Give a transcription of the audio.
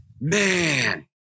man